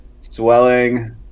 Swelling